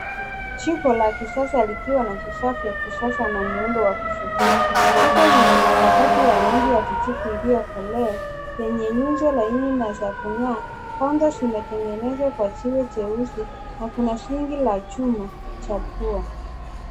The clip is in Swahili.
Jiko la kisasa likiwa na vifaa vya kisasa na muundo wa kuvutia . Jiko lina makabati ya rangi ya kijivu iliyokolea yenye nyuso laini na za kung'aa. Kanga zimetengenezwa kwa jiwe jeusi na kuna sinki la chuma cha pua.